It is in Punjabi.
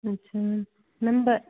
ਅੱਛਾ ਮੈਮ ਮੈਮ ਬ